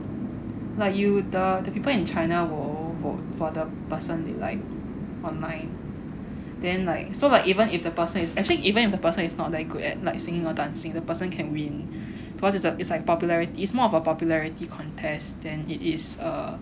like you the the people in China will vote for the person they like online then like so like even if the person is actually even if the person is not that good at like singing or dancing the person can win because is like a popularity is more of a popularity contest than it is err